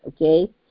okay